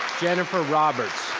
jennifer roberts?